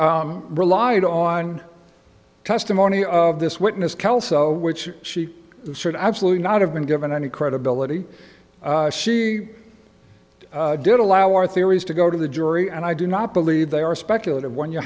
relied on testimony of this witness kelso which she should absolutely not have been given any credibility she did allow our theories to go to the jury and i do not believe they are speculative when you